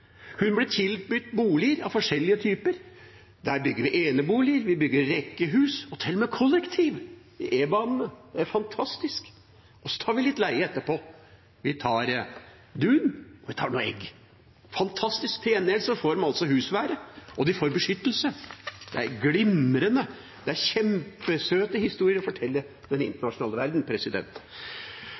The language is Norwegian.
Hun blir tilbudt boliger av forskjellige typer: Vi bygger eneboliger, vi bygger rekkehus – og til og med kollektiv i e-banene. Det er fantastisk! Så tar vi litt leie etterpå. Vi tar dun, vi tar noen egg – fantastisk. Til gjengjeld får de husvære, og de får beskyttelse – det er glimrende. Det er kjempesøte historier å fortelle den internasjonale verden.